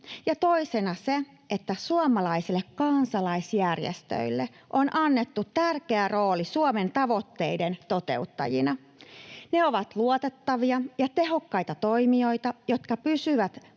ja toisena sen, että suomalaisille kansalaisjärjestöille on annettu tärkeä rooli Suomen tavoitteiden toteuttajina. Ne ovat luotettavia ja tehokkaita toimijoita, jotka pystyvät